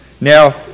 Now